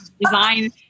design